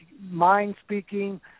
mind-speaking